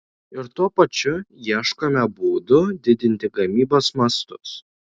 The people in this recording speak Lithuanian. ir tuo pačiu ieškome būdų didinti gamybos mastus